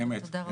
אבל תודה רבה.